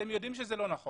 אתם יודעים שזה לא נכון